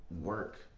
work